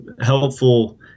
helpful